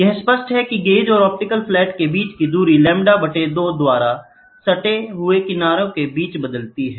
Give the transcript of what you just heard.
यह स्पष्ट है कि गेज और ऑप्टिकल फ्लैट के बीच की दूरी λ 2 द्वारा सटे हुए किनारे के बीच बदलती है